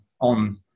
on